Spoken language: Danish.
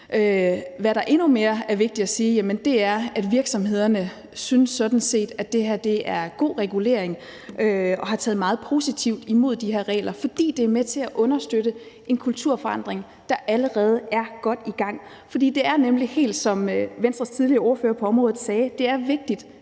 Hvad der er endnu mere vigtigt at sige, er, at virksomhederne sådan set synes, at det her er god regulering, og har taget meget positivt imod de her regler, fordi det er med til at understøtte en kulturforandring, der allerede er godt i gang. For det er nemlig vigtigt – helt som Venstres tidligere ordfører på området sagde – at